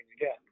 again